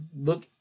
look